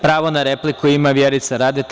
Pravo na repliku ima Vjerica Radeta.